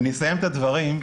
אסיים את הדברים.